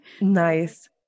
Nice